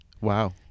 Wow